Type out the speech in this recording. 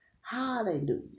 Hallelujah